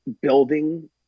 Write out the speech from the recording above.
building